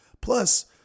Plus